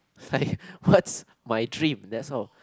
I what my dream that's all